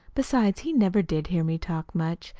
besides, he never did hear me talk much.